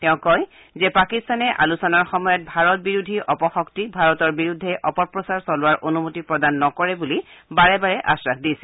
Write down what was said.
তেওঁ কয় যে পাকিস্তানে আলোচনাৰ সময়ত ভাৰত বিৰোধী অপশক্তিক ভাৰতৰ বিৰুদ্ধে অপপ্ৰচাৰ চলোৱাৰ অনুমতি প্ৰদান নকৰে বুলি বাৰে বাৰে আশ্বাস দিছিল